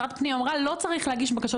שרת הפנים אמרה שלא צריך להגיש בקשות